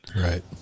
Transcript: right